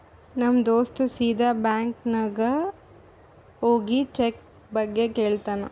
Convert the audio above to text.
ನಮ್ ದೋಸ್ತ ಸೀದಾ ಬ್ಯಾಂಕ್ ನಾಗ್ ಹೋಗಿ ಚೆಕ್ ಬಗ್ಗೆ ಕೇಳ್ತಾನ್